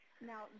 Now